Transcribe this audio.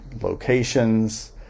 locations